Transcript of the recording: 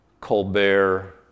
Colbert